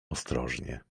ostrożnie